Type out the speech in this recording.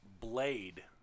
Blade